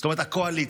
זאת אומרת, הקואליציה